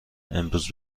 امروز